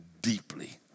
deeply